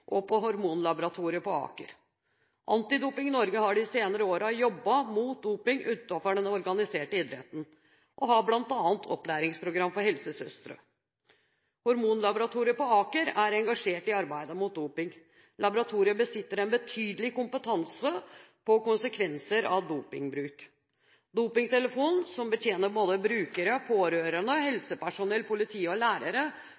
og på Hormonlaboratoriet på Aker. Antidoping Norge har de senere årene jobbet mot doping utenfor den organiserte idretten og har bl.a. et opplæringsprogram for helsesøstre. Hormonlaboratoriet på Aker er engasjert i arbeidet mot doping. Laboratoriet besitter en betydelig kompetanse på konsekvenser av dopingbruk. Dopingtelefonen som betjener både brukere, pårørende,